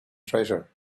treasure